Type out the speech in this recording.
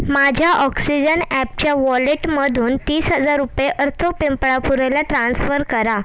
माझ्या ऑक्सिजन ॲपच्या वॉलेटमधून तीस हजार रुपये अर्थव पिंपळापुरेला ट्रान्स्फर करा